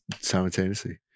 simultaneously